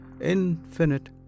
infinite